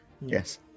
Yes